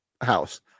house